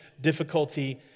difficulty